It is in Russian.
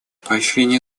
поощрение